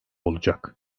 olacak